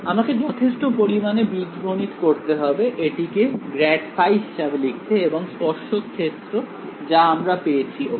আমাকে যথেষ্ট পরিমাণে বীজগণিত করতে হবে এটি কে গ্রাড ফাই হিসেবে লিখতে এবং স্পর্শক ক্ষেত্র যা আমরা পেয়েছি ওখানে